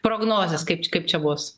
prognozes kaip kaip čia bus